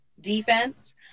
defense